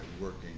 working